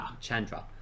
Chandra